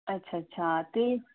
अच्छा अच्छा ते